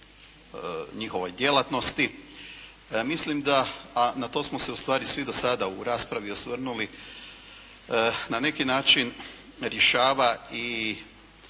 njihovoj djelatnosti, mislim da, a na to smo se ustvari svi do sada u raspravi osvrnuli, na neki način rješava i